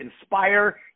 inspire